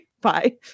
Bye